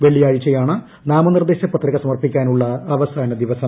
വെള്ളിയാഴ്ചയാണ് നാമനിർദ്ദേശ പത്രിക സമർപ്പിക്കാനുള്ള അവസാന ദിനം